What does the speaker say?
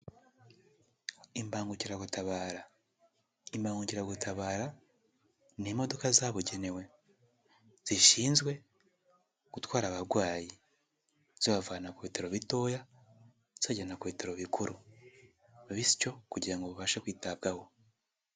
Imbangukiragutabara; imbagukiragutabara ni imodoka zabugenewe zishinzwe gutwara abarwayi zibavana ku bitaro bitoya zibajyana ku bitaro bikuru, bityo kugira ngo babashe kwitabwaho.